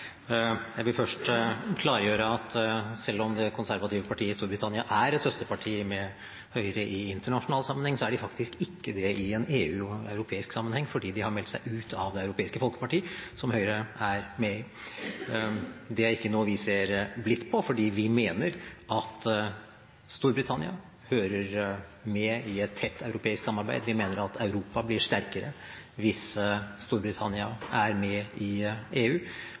Jeg vil først klargjøre at selv om det konservative partiet i Storbritannia er et søsterparti til Høyre i internasjonal sammenheng, er de faktisk ikke det i EU-sammenheng og europeisk sammenheng, fordi de har meldt seg ut av Det europeiske folkeparti, som Høyre er med i. Det er ikke noe vi ser blidt på, for vi mener at Storbritannia hører med i et tett europeisk samarbeid, vi mener at Europa blir sterkere hvis Storbritannia er med i EU,